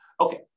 Okay